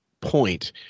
point